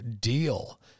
deal